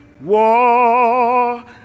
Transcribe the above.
war